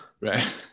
Right